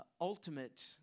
ultimate